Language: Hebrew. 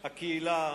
הקהילה,